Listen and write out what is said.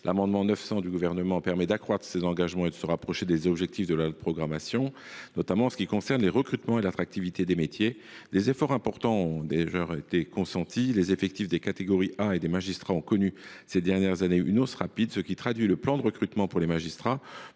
adoptés permettent d’accroître ces engagements et de nous rapprocher des objectifs de la programmation, notamment s’agissant des recrutements et de l’attractivité des métiers. Des efforts importants ont déjà été consentis. Les effectifs des catégories A et des magistrats ont connu ces dernières années une hausse rapide, ce qui traduit le plan de recrutement pour les magistrats,